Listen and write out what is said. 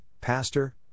Pastor